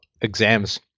exams